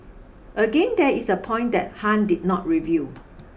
again there is a point that Han did not reveal